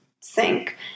sink